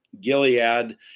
Gilead